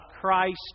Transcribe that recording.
Christ